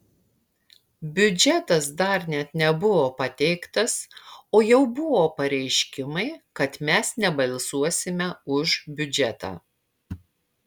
biudžetas dar net nebuvo pateiktas o jau buvo pareiškimai kad mes nebalsuosime už biudžetą